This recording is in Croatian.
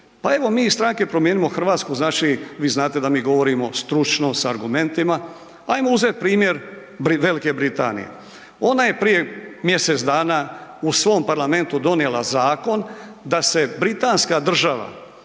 Pa evo mi iz stranke Promijenimo Hrvatsku vi znate da mi govorimo stručno sa argumentima, ajmo uzet u primjer Velike Britanije. Ona je prije mjesec dana u svom parlamentu donijela zakona da se Britanska država